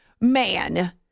Man